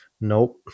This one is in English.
Nope